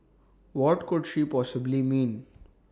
what could she possibly mean